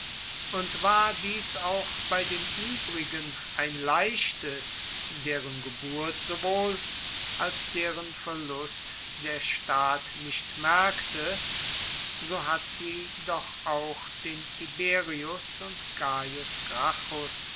und war dies auch bei den übrigen ein leichtes deren geburt sowohl als deren verlust der staat nicht merkte so hat sie den tiberius und